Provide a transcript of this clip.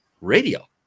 radio